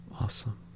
Awesome